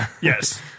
yes